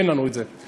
אין לנו את זה.